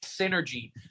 synergy